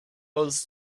was